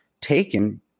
taken